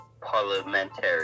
parliamentary